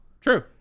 True